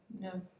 No